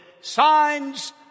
signs